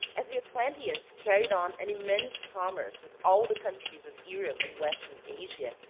as the atlanteans carried on an immense commerce with all the countries of europe and western asia,